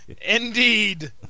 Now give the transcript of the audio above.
Indeed